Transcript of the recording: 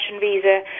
visa